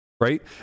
Right